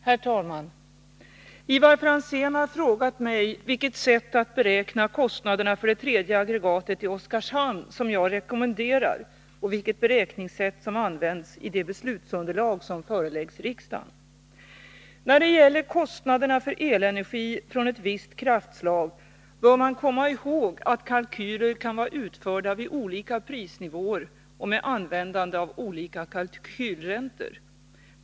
Herr talman! Ivar Franzén har frågat mig vilket sätt att beräkna kostnaderna för det tredje aggregatet i Oskarshamn som jag rekommenderar och vilket beräkningssätt som används i det beslutsunderlag som föreläggs riksdagen. När det gäller kostnaden för elenergi från ett visst kraftslag bör man komma ihåg att kalkyler kan vara utförda vid olika prisnivåer och med användande av olika kalkylräntor.